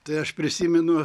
tai aš prisimenu